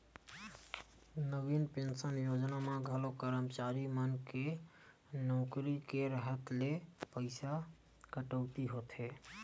नवीन pension योजना म घलो करमचारी मन के नउकरी के राहत ले पइसा कटउती होथे